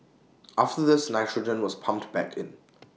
after this nitrogen was pumped back in